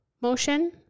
motion